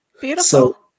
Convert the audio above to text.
Beautiful